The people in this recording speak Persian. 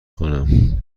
خوانم